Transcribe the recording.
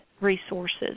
resources